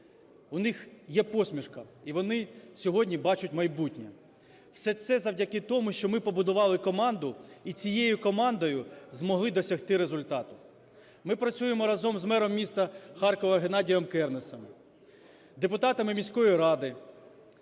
У них є посмішка, і вони сьогодні бачать майбутнє. Все це завдяки тому, що ми побудували команду і цією командою змогли досягти результату. Ми працюємо разом з мером міста Харкова Геннадієм Кернесом, депутатами міської ради,